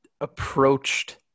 approached